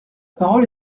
parole